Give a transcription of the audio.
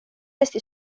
esti